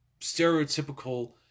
stereotypical